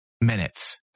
minutes